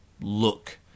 look